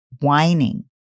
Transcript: whining